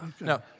No